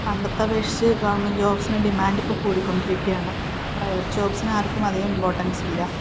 പണ്ടത്തെ അപേക്ഷിച്ച് ഗവൺമെൻ്റ് ജോബ്സിന് ഡിമാൻഡ് ഇപ്പോൾ കൂടിക്കൊണ്ടിരിക്കുകയാണ് പ്രൈവറ്റ് ജോബ്സിന് ആർക്കും അധികം ഇമ്പോർട്ടൻസ് ഇല്ല